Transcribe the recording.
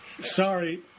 Sorry